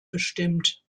bestimmt